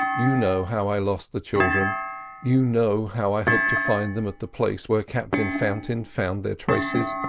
you know how i lost the children you know how i hope to find them at the place where captain fountain found their traces?